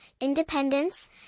independence